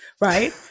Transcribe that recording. Right